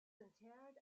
interred